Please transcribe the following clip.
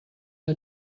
ein